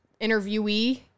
interviewee